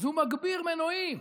אז הוא מגביר מנועים.